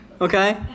okay